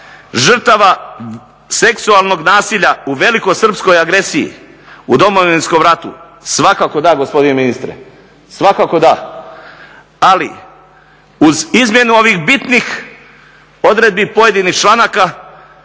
žrtava seksualnog nasilja u velikosrpskoj agresiji u Domovinskom ratu svakako da gospodine ministre, svakako da. Ali uz izmjenu ovih bitnih odredbi pojedinih članaka